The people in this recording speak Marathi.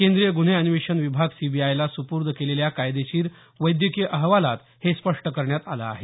केंद्रीय गुन्हे अन्वेषण विभाग सीबीआयला सुपूर्द केलेल्या कायदेशीर वैद्यकीय अहवालात हे स्पष्ट करण्यात आलं आहे